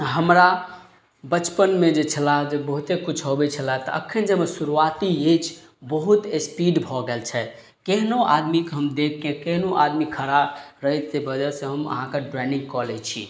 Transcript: हमरा बचपनमे जे छलाह जे बहुते किछु अबय छलाह तऽ एखन जे शुरुआती अछि बहुत स्पीड भऽ गेल छै केहनो आदमीके हम देखके केहनो आदमी खड़ा रहैतके वजहसँ हम अहाँके ड्रॉइनिंग कऽ लै छी